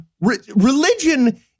Religion